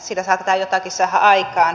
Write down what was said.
siitä saattaa jotakin saada aikaan